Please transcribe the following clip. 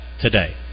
today